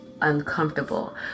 uncomfortable